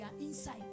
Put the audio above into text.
inside